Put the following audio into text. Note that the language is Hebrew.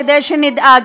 כדי שנדאג,